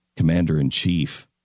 commander-in-chief